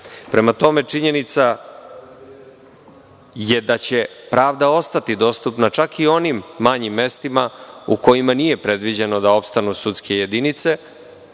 Prema tome, činjenica je da će pravda ostati dostupna čak i onim manjim mestima u kojima nije predviđeno da opstanu sudske jedinice